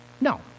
No